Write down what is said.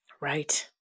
Right